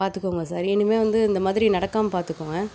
பார்த்துக்கோங்க சார் இனிமேல் வந்து இந்த மாதிரி நடக்காமல் பார்த்துக்கோங்க